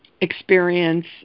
experience